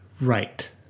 Right